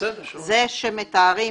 זה שמתארים